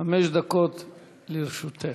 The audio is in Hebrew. חמש דקות לרשותך,